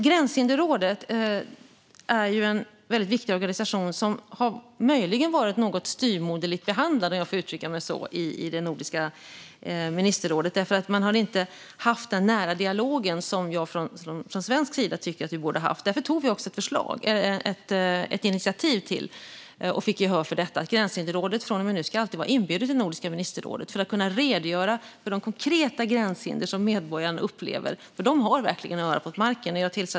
Gränshinderrådet är en väldigt viktig organisation som möjligen har varit något styvmoderligt behandlad, om jag får uttrycka mig så, i Nordiska ministerrådet. Man har inte haft den nära dialog som jag från svensk sida tycker att man borde ha haft. Därför tog vi också ett initiativ - och fick gehör för det - om att Gränshinderrådet från och med nu alltid ska vara inbjudet till Nordiska ministerrådet för att kunna redogöra för de konkreta gränshinder som medborgarna upplever. Gränshinderrådet har verkligen örat mot marken.